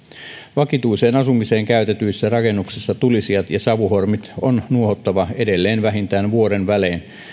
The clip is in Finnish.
vakituiseen asumiseen käytetyissä rakennuksissa tulisijat ja savuhormit on nuohottava edelleen vähintään vuoden välein